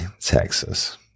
Texas